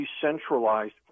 decentralized